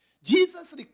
Jesus